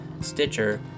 Stitcher